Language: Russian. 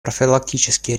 профилактические